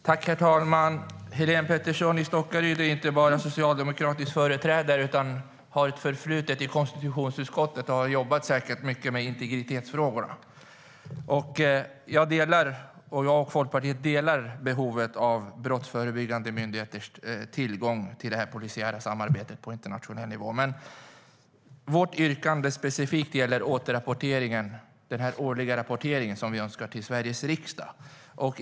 Herr talman! Helene Petersson i Stockaryd är inte bara en socialdemokratisk företrädare utan hon har ett förflutet i konstitutionsutskottet och har säkert jobbat mycket med integritetsfrågor. Jag och Folkpartiet instämmer i behovet av brottsförebyggande myndigheters tillgång till det polisiära samarbetet på internationell nivå. Vårt yrkande gäller specifikt den årliga återrapporteringen som vi önskar till Sveriges riksdag.